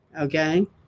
okay